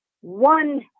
one